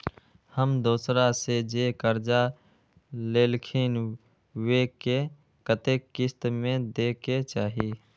हम दोसरा से जे कर्जा लेलखिन वे के कतेक किस्त में दे के चाही?